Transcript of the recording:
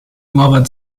nuova